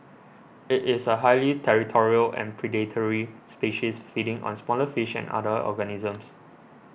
it is a highly territorial and predatory species feeding on smaller fish and other organisms